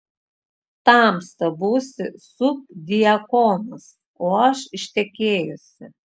tamsta būsi subdiakonas o aš ištekėjusi